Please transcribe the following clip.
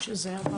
התשפ"ב-2021,